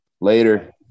later